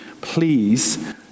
please